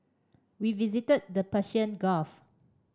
we visited the Persian Gulf